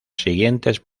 siguientes